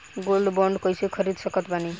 Gold bond कईसे खरीद सकत बानी?